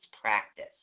practice